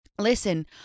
listen